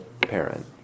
parent